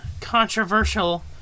controversial